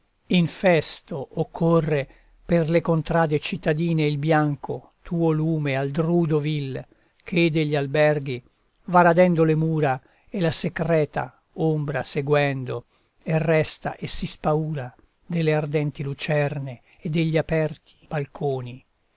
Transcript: sassi infesto occorre per le contrade cittadine il bianco tuo lume al drudo vil che degli alberghi va radendo le mura e la secreta ombra seguendo e resta e si spaura delle ardenti lucerne e degli aperti balconi